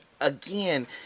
again